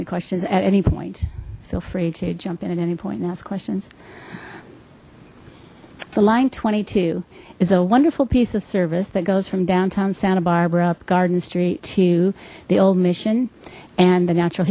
any questions at any point feel free to jump in at any point and ask questions the line twenty two is a wonderful piece of service that goes from downtown santa barbara garden street to the old mission and the natural